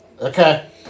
Okay